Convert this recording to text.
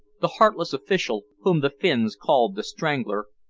the heartless official whom the finns called the strangler,